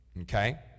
Okay